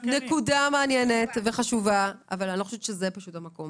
נקודה מעניינת וחשובה אבל אני לא חושבת שזה המקום